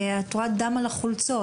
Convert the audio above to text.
את רואה דם על החולצות.